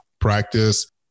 practice